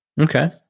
Okay